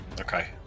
okay